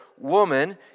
woman